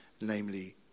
namely